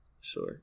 Sure